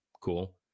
Cool